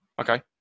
Okay